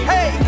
Hey